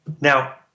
now